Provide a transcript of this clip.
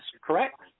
correct